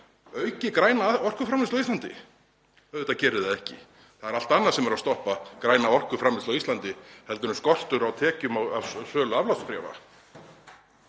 auki græna orkuframleiðslu á Íslandi? Auðvitað gerir það það ekki. Það er allt annað sem er að stoppa græna orkuframleiðslu á Íslandi heldur en skortur á tekjum af sölu aflátsbréfa.